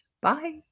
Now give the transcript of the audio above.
Bye